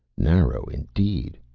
narrow indeed.